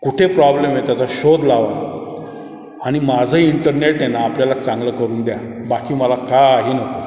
कुठे प्रॉब्लेम आहे त्याचा शोध लावा आणि माझं इंटरनेट आहे ना आपल्याला चांगलं करून द्या बाकी मला काही नको